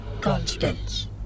Constance